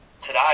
today